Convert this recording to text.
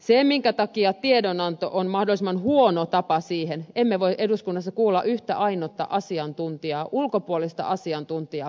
se minkä takia tiedonanto on mahdollisimman huono tapa tässä on siinä että emme voi eduskunnassa kuulla yhtä ainutta ulkopuolista asiantuntijaa päätöksentekomme tueksi